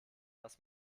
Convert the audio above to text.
was